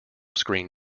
screen